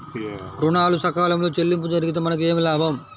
ఋణాలు సకాలంలో చెల్లింపు జరిగితే మనకు ఏమి లాభం?